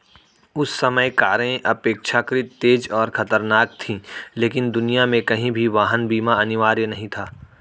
उस समय कारें अपेक्षाकृत तेज और खतरनाक थीं, लेकिन दुनिया में कहीं भी वाहन बीमा अनिवार्य नहीं था